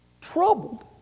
Troubled